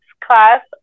class